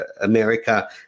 America